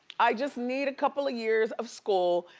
i just need a couple of years of school,